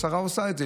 השרה עושה את זה.